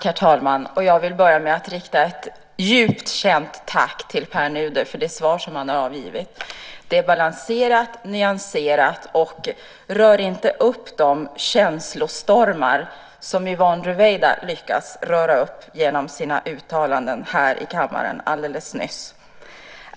Herr talman! Jag vill börja med att rikta ett djupt känt tack till Pär Nuder för det svar som han har avgivit. Det är balanserat, nyanserat och rör inte upp de känslostormar som Yvonne Ruwaida lyckades röra upp genom sina uttalanden här i kammaren alldeles nyss.